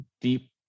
deep